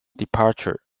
departure